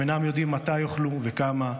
הם אינם יודעים מתי יאכלו וכמה,